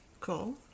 Cool